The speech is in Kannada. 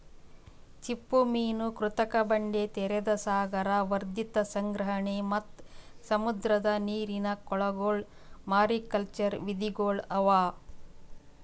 ಚಿಪ್ಪುಮೀನು, ಕೃತಕ ಬಂಡೆ, ತೆರೆದ ಸಾಗರ, ವರ್ಧಿತ ಸಂಗ್ರಹಣೆ ಮತ್ತ್ ಸಮುದ್ರದ ನೀರಿನ ಕೊಳಗೊಳ್ ಮಾರಿಕಲ್ಚರ್ ವಿಧಿಗೊಳ್ ಅವಾ